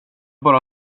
bara